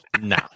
No